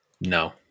No